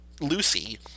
Lucy